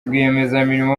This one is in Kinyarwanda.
rwiyemezamirimo